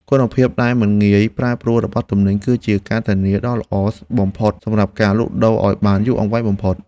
គុណភាពដែលមិនងាយប្រែប្រួលរបស់ទំនិញ គឺជាការធានាដ៏ល្អបំផុតសម្រាប់ការលក់ដូរឱ្យបានយូរអង្វែងបំផុត។